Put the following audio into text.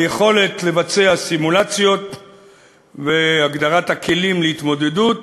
היכולת לבצע סימולציות והגדרת הכלים להתמודדות.